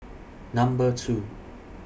Number two